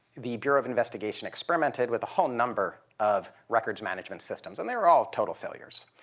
the bureau of investigation experimented with a whole number of records management systems and they were all totally failures.